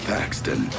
Paxton